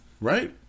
right